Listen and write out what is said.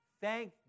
thank